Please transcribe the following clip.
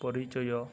ପରିଚୟ